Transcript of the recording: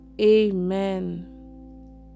Amen